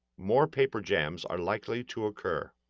more paper jams are likely to occur.